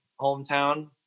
hometown